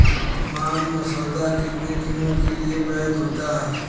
मांग मसौदा कितने दिनों के लिए वैध होता है?